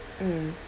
mm